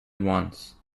once